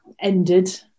ended